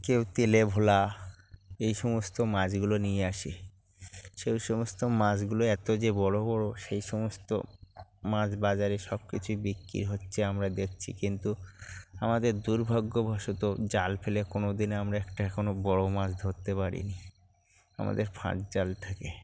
কেউ তেলে ভোলা এই সমস্ত মাছগুলো নিয়ে আসে সেই সমস্ত মাছগুলো এত যে বড় বড় সেই সমস্ত মাছ বাজারে সব কিছুই বিক্রি হচ্ছে আমরা দেখছি কিন্তু আমাদের দুর্ভাগ্যবশত জাল ফেলে কোনো দিন আমরা একটা এখনও বড় মাছ ধরতে পারিনি আমাদের ফাঁদ জাল থেকে